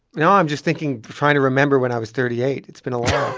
no, i'm just thinking trying to remember when i was thirty eight. it's been awhile